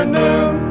noon